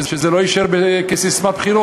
שזה לא יישאר כססמת בחירות.